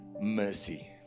mercy